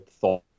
thought